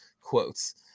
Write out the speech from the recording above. quotes